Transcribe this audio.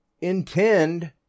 intend